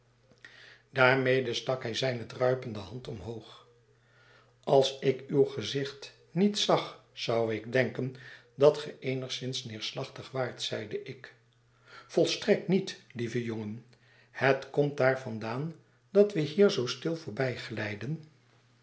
daarmede stak hij zijne druipende hand omhoog als ik uw gezicht niet zag zou ik denken dat ge eenigszins neerslachtig waart zeide ik volstrekt niet lieve jongen het komtdaar vandaan dat we hier zoo stil